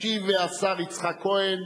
ישיב השר יצחק כהן,